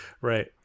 right